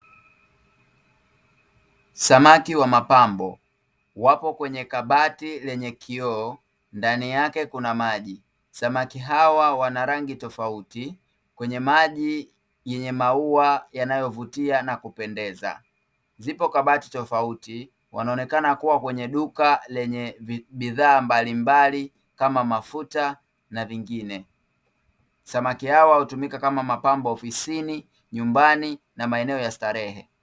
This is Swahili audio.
Samaki wa mapambo wapo kwenye kabati lenye kioo ndani yake kuna maji, samaki hawa wana rangi tofauti kwenye maji yenye maua yanayovutia na kupendeza ,zipo kabati tofauti wanaonekana kuwa kwenye duka lenye bidhaa mbalimbali kama mafuta na vingine, samaki hawa hutumika kama mapambo ofisini ,nyumbani na maeneo ya starehe.